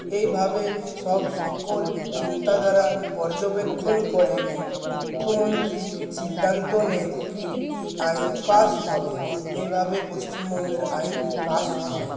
এই ভাবে সব সকল চিন্তাধারা পর্যবেক্ষণ করে মুখ্যমন্ত্রী সিদ্ধান্ত নেয় কী কী আইন পাশ হবে এই ভাবে পশ্চিমবঙ্গের আইন পাশ হয়